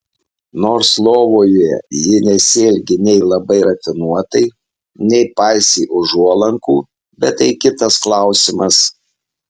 nors lovoje ji nesielgė nei labai rafinuotai nei paisė užuolankų bet tai kitas klausimas